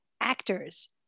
actors